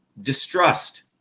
distrust